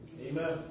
Amen